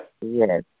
Yes